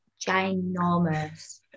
ginormous